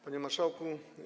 Panie Marszałku!